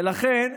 ולכן,